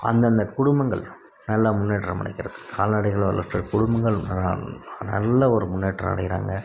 அந்தந்த குடும்பங்கள் நல்லா முன்னேற்றமடைகிறது கால்நடைகள் வளர்க்கிற குடும்பங்கள் நல்ல ஒரு முன்னேற்றம் அடையறாங்க